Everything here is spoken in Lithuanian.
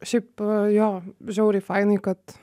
šiaip jo žiauriai fainai kad